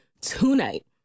tonight